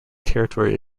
territory